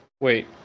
Wait